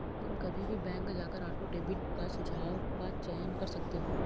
तुम कभी भी बैंक जाकर ऑटो डेबिट का सुझाव का चयन कर सकते हो